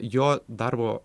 jo darbo